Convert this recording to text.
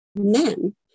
men